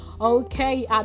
Okay